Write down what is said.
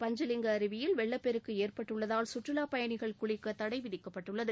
பஞ்சலிங்க அருவியில் வெள்ளப்பெருக்கு ஏற்பட்டுள்ளதால் சுற்றுலாப் பயணிகள் குளிக்க தடை விதிக்கப்பட்டுள்ளது